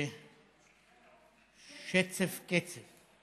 בשצף קצף.